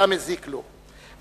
אלא מזיק לו,